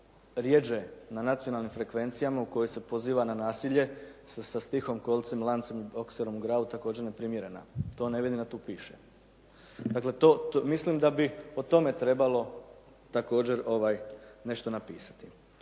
rjeđe na nacionalnim frekvencijama u kojima se poziva na nasilje sa stihom “kolcem, lancem, bokserom u glavu“ također neprimjerena. To ne vidim da tu piše. Dakle, to mislim da bi o tome trebalo također nešto napisati.